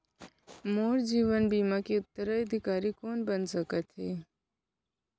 मोर जीवन बीमा के उत्तराधिकारी कोन सकत हे?